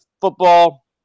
football